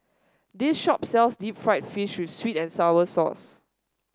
this shop sells Deep Fried Fish with sweet and sour sauce